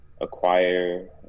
acquire